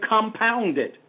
compounded